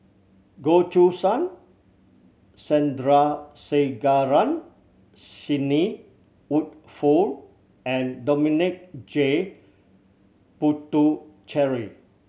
Goh Choo San Sandrasegaran Sidney Woodhull and Dominic J Puthucheary